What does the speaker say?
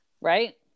right